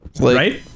Right